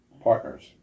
partners